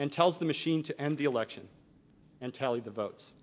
and tells the machine to end the election and tally the votes